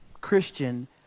Christian